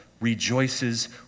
rejoices